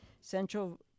central